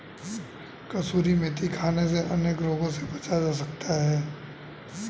कसूरी मेथी खाने से अनेक रोगों से बचा जा सकता है